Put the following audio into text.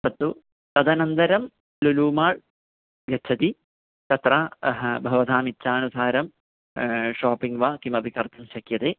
तत्तु तदनन्तरं लुलू माल् गच्छति तत्र भवताम् इच्छानुसारं शापिङ्ग् वा किमपि कर्तुं शक्यते